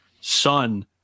son